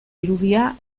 irudia